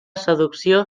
seducció